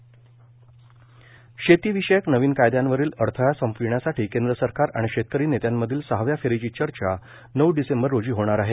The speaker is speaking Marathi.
क़षी कायदा चर्चा शेतीविषयक नवीन कायद्यांवरील अडथळा संपविण्यासाठी केंद्र सरकार आणि शेतकरी नेत्यांमधील सहाव्या फेरीची चर्चा नऊ डिसेंबर रोजी होणार आहे